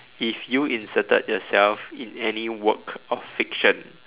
if you inserted yourself in any work of fiction